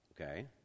Okay